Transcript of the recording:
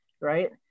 right